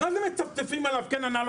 אז מה אתם מצפצפים עליו כן ענה,